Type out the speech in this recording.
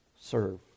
Serve